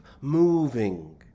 moving